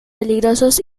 peligrosos